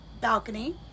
balcony